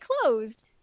closed